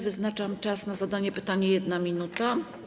Wyznaczam czas na zadanie pytania - 1 minuta.